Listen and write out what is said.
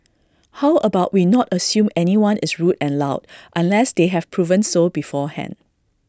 how about we not assume anyone is rude and loud unless they have proven so beforehand